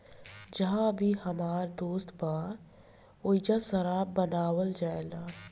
जाहा अभी हमर दोस्त बा ओइजा शराब बनावल जाला